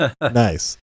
Nice